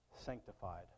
sanctified